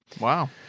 Wow